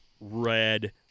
red